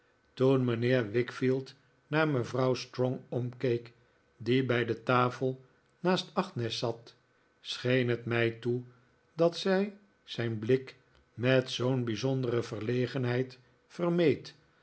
toen mijnheer wickfield naar mevrouw strong omkeek die bij de tafel naast agnes zat scheen het mij toe dat zij zijn blik met zoo'n bijzohdere verlegenheid